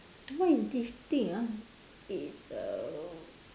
what is this thing ah it's a